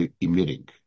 emitting